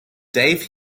dave